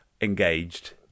engaged